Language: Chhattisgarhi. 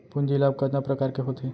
पूंजी लाभ कतना प्रकार के होथे?